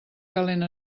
calent